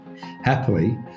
happily